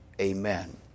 Amen